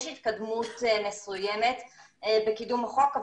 יש התקדמות מסוימת ביישום החוק,